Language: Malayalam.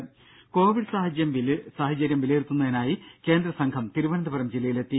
രംഭ കോവിഡ് സാഹചര്യം വിലയിരുത്തുന്നതിനായി കേന്ദ്ര സംഘം തിരുവനന്തപുരം ജില്ലയിലെത്തി